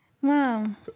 Mom